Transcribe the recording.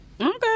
okay